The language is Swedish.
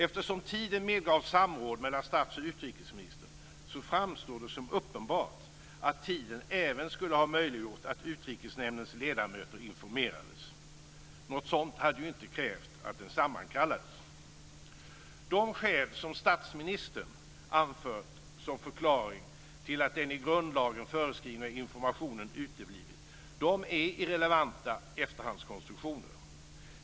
Eftersom tiden medgav samråd mellan statsministern och utrikesministern framstår det som uppenbart att tiden även skulle ha möjliggjort att Utrikesnämndens ledamöter informerades, något som ju inte hade krävt att den sammankallades. De skäl som statsministern anfört som förklaring till att den i grundlagen föreskrivna informationen uteblivit är irrelevanta efterhandskonstruktioner.